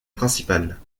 principale